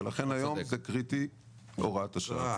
ולכן היום זה קריטי הוראת השעה.